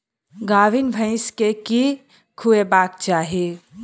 गाभीन भैंस केँ की खुएबाक चाहि?